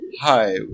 Hi